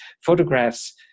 photographs